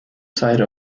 side